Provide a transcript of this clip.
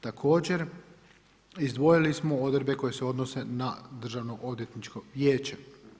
Također izdvojili smo odredbe koje se odnose na Državnoodvjetničko vijeće.